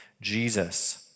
Jesus